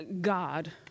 God